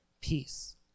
peace